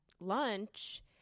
lunch